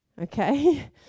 okay